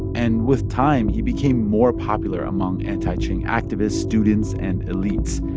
and with time, he became more popular among anti-qing activists, students and elites.